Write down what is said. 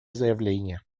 заявления